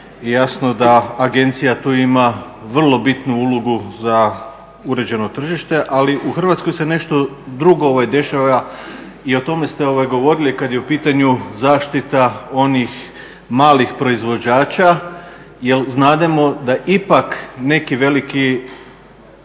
jasno da tu agencija ima vrlo bitnu ulogu za uređeno tržište ali u Hrvatskoj se nešto drugo dešava i o tome ste govorili kada je u pitanju zaštita onih malih proizvođača jel znademo da ipak neki veliki